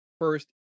first